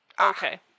Okay